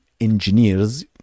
engineers